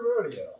Rodeo